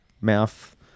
mouth